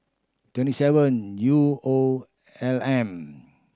twenty seven U O L M